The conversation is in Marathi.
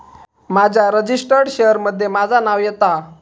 माझ्या रजिस्टर्ड शेयर मध्ये माझा नाव येता